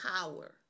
power